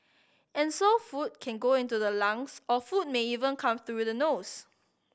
and so food can go into the lungs or food may even come through the nose